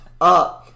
up